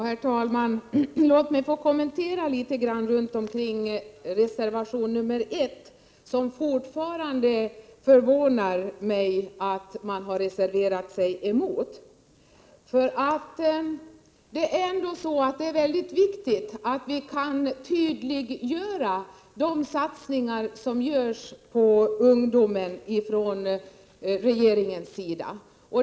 Herr talman! Låt mig göra en kommentar till reservation 1, där det fortfarande förvånar mig att man har reserverat sig. Det är ju viktigt att vi kan tydliggöra de satsningar som görs på ungdomen från regeringens sida.